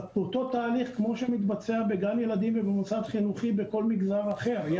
אותו תהליך כמו שמתבצע בגן ילדים ובמוסד חינוכי בכל מגזר אחר.